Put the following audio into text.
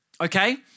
Okay